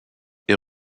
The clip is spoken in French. est